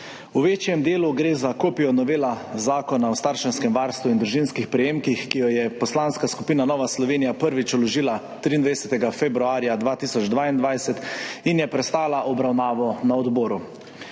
V večjem delu gre za kopijo novele Zakona o starševskem varstvu in družinskih prejemkih, ki jo je Poslanska skupina Nova Slovenija prvič vložila 23. februarja 2022 in je prestala obravnavo na odboru.